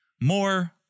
more